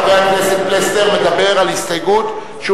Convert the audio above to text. חבר הכנסת פלסנר מדבר על הסתייגות שהוא